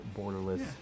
borderless